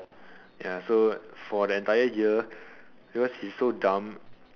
ya so for the entire year because he's so dumb